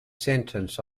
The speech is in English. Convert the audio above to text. sentence